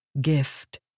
gift